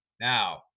Now